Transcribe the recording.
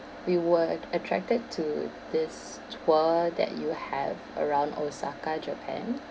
we were at~ attracted to this tour that you have around osaka japan